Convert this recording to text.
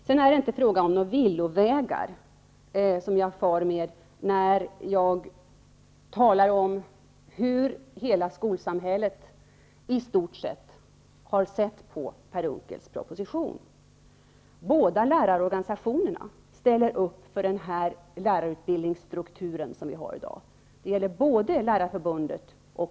Det är inte fråga om några villovägar när jag talar om hur hela skolsamhället i stort sett har sett på Per Lärarförbundet och Lärarnas riksförbund, ställer upp för den lärarutbildningsstruktur som vi har i dag.